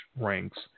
ranks